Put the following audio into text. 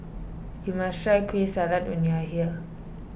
you must try Kueh Salat when you are here